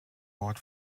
award